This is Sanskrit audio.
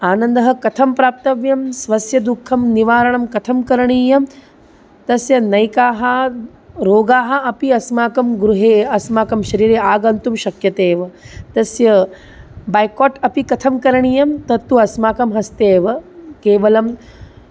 आनन्दः कथं प्राप्तव्यः स्वस्य दुःखं निवारणं कथं करणीयं तस्य नैकाः रोगाः अपि अस्माकं गृहे अस्माकं शरीरे आगन्तुं शक्यते एव तस्य बैकाट् अपि कथं करणीयं तत्तु अस्माकं हस्ते एव केवलं